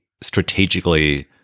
strategically